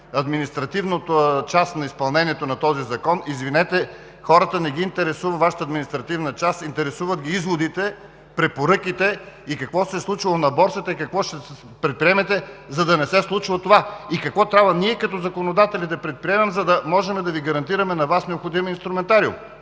административната част на изпълнение на този закон. Извинете, но хората не ги интересува Вашата административна част, а ги интересуват изводите, препоръките и какво се е случило на борсата и какво ще предприемете, за да не се случва това и какво трябва ние, като законодатели, да предприемем, за да можем да Ви гарантираме необходимия инструментариум.